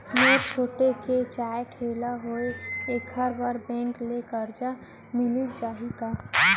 मोर छोटे से चाय ठेला हावे एखर बर बैंक ले करजा मिलिस जाही का?